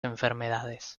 enfermedades